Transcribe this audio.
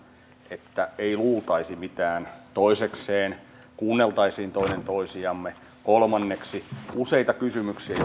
että ei luultaisi mitään toisekseen että kuunneltaisiin toinen toisiamme kolmanneksi kun täällä useita kysymyksiä